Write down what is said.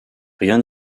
rien